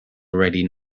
already